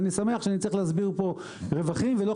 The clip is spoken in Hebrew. אני שמח שאני צריך להסביר פה רווחים ולא,